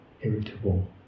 irritable